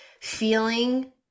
feeling